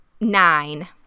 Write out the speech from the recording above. nine